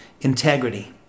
integrity